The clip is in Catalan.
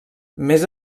més